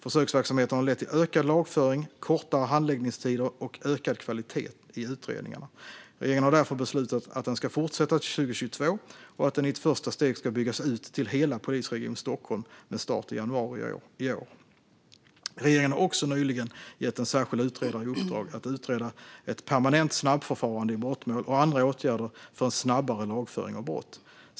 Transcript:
Försöksverksamheten har lett till ökad lagföring, kortare handläggningstider och ökad kvalitet i utredningarna. Regeringen har därför beslutat att den ska fortsätta till 2022 och att den i ett första steg ska byggas ut till hela polisregion Stockholm med start i januari i år. Regeringen har också nyligen gett en särskild utredare i uppdrag att utreda ett permanent snabbförfarande i brottmål och andra åtgärder för en snabbare lagföring av brott.